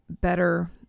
better